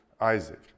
Isaac